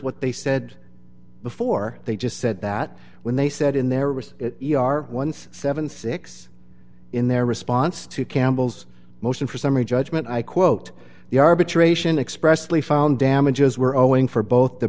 what they said before they just said that when they said in there was once seventy six in their response to campbell's motion for summary judgment i quote the arbitration expressly found damages were all waiting for both t